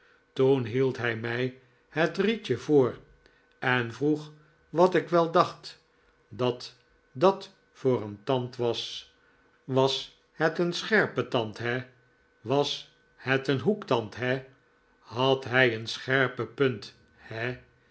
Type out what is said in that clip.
toen hield hij mij het rietje voor en vroeg wat ik wel dacht dat dat voor een tand was was het een scherpe tand he was het een hoektand he had hij een scherpe punt he